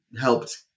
helped